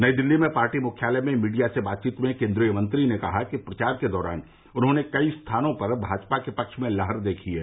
नई दिल्ली में पार्टी मुख्यालय में मीडिया से बातचीत में केन्द्रीय मंत्री ने कहा कि प्रचार के दौरान उन्होंने कई स्थानों पर भाजपा के पक्ष में लहर देखी है